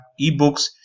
eBooks